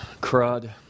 crud